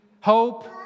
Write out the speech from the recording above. hope